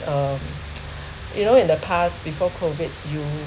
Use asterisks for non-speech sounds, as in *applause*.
um *noise* *breath* you know in the past before COVID you